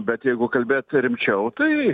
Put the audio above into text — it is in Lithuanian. bet jeigu kalbėt rimčiau tai